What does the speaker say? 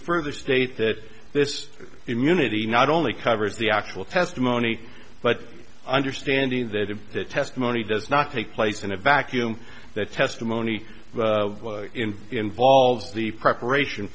further state that this immunity not only covers the actual testimony but understanding that the testimony does not take place in a vacuum that testimony involves the preparation